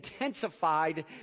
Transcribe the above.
intensified